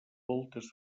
voltes